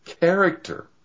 character